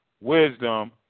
wisdom